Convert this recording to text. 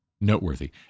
noteworthy